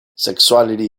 sexuality